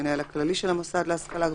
המנהל הכללי של המוסד להשכלה גבוהה,